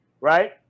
Right